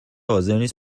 حاضرنیست